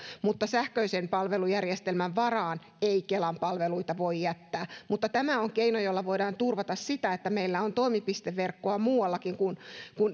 mutta sähköisen palvelujärjestelmän varaan ei kelan palveluita voi jättää mutta tämä on keino jolla voidaan turvata sitä että meillä on toimipisteverkkoa muuallakin kuin